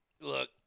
Look